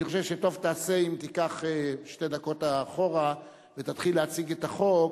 אני חושב שטוב תעשה אם תיקח שתי דקות אחורה ותתחיל להציג את החוק,